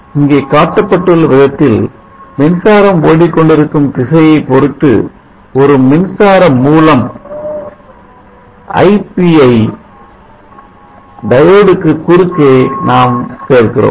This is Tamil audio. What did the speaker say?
இங்கே காட்டப்பட்டுள்ள விதத்தில் மின்சாரம் ஓடிக்கொண்டிருக்கும் திசையை பொருத்து ஒரு மின்சார மூலம் ip ஐ Diode க்கு குறுக்கே நாம் சேர்க்கிறோம்